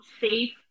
safe